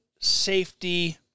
safety